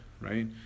right